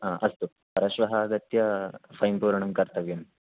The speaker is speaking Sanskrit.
हा अस्तु परश्वः आगत्य फैन् पूरणं कर्तव्यं